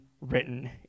Written